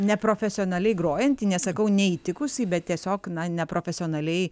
neprofesionaliai grojantį nesakau neįtikusį bet tiesiog na neprofesionaliai